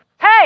Hey